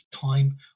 time